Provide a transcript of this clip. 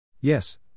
Yes